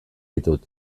ditut